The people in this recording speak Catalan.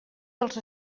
dels